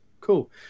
Cool